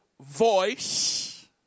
voice